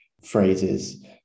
phrases